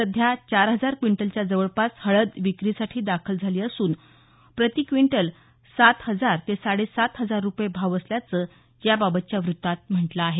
सध्या चार हजार क्विंटलच्या जवळपास हळद विक्रीसाठी दाखल झाली असून प्रतिक्विंटल सात हजार ते साडे सात हजार रूपये भाव असल्याचं याबाबतच्या वृत्तात म्हटल आहे